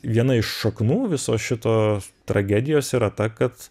viena iš šaknų viso šito tragedijos yra ta kad